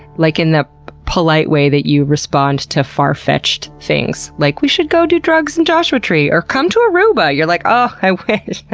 like in the polite way that you respond to far-fetched things like, we should go do drugs in joshua tree, or, come to aruba! you're like, ugh, i wish. ah